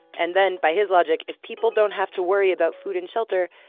and then, by his logic, if people don't have to worry about food and shelter,